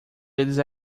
eles